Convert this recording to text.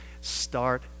Start